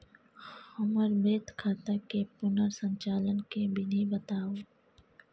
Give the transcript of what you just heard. हमर मृत खाता के पुनर संचालन के विधी बताउ?